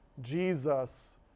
Jesus